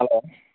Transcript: hello